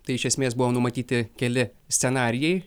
tai iš esmės buvo numatyti keli scenarijai